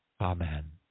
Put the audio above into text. amen